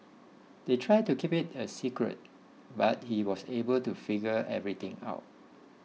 they tried to keep it a secret but he was able to figure everything out